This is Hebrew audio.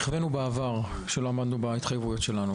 נכווינו בעבר, כשלא עמדנו בהתחייבויות שלנו.